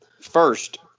First